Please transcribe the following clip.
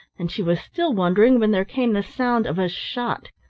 and she was still wondering when there came the sound of a shot.